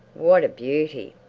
what a beauty!